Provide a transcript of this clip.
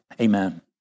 amen